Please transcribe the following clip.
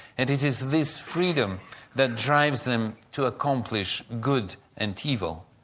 and it is this freedom that drives them to accomplish good and evil.